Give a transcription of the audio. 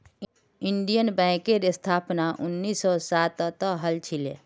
Indian बैंकेर स्थापना उन्नीस सौ सातत हल छिले